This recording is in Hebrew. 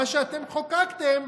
מה שאתם חוקקתם,